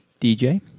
DJ